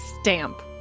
stamp